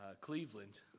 Cleveland